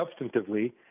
substantively